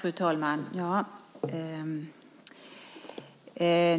Fru talman!